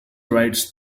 writes